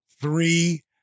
three